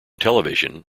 television